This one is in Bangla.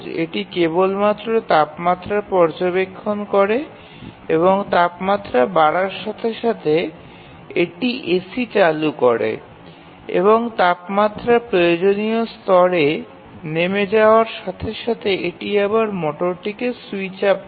এটি কেবলমাত্র তাপমাত্রা পর্যবেক্ষণ করে এবং তাপমাত্রা বাড়ার সাথে সাথে এটি এসি চালু করে এবং তাপমাত্রা প্রয়োজনীয় স্তরে নেমে যাওয়ার সাথে সাথে এটি আবার মোটরটিকে স্যুইচ আপ করে